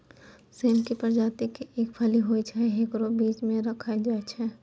सेम के प्रजाति के एक फली होय छै, हेकरो बीज भी खैलो जाय छै